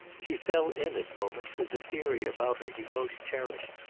she fell in at moments with the theory about her he most cherished,